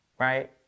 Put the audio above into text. Right